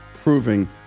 proving